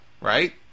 right